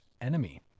enemy